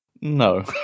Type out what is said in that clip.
No